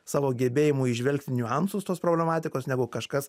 savo gebėjimu įžvelgti niuansus tos problematikos nebuvo kažkas